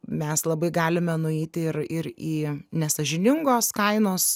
mes labai galime nueiti ir ir į nesąžiningos kainos